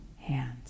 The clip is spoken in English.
hands